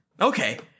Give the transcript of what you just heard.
Okay